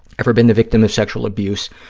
ever been the victim of sexual abuse?